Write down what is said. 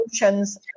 emotions